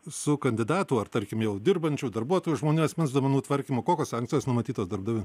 su kandidatu ar tarkim jau dirbančių darbuotojų žmonių asmens duomenų tvarkymu kokios sankcijos numatytos darbdavių